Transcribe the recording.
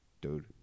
dude